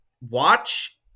watch